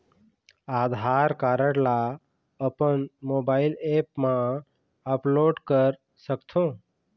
आधार card ला अपन mobile app मा अपलोड कर सकथों?